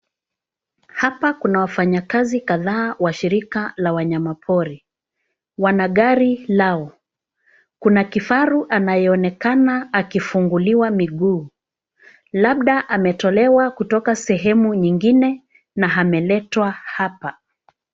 Hapa kuna wafanyakazi kadhaa wa shirika la wanyama pori. Wana gari lao. Kuna kifaru anayeonekana akifunguliwa miguu. Labda ametolewa kutoka sehemu nyingine na ameletwa hapa.